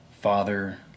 Father